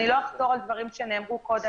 אני לא אחזור על דברים שנאמרו קודם.